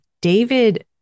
David